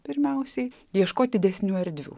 pirmiausiai ieškot didesnių erdvių